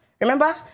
Remember